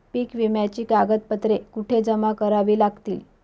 पीक विम्याची कागदपत्रे कुठे जमा करावी लागतील?